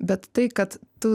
bet tai kad tu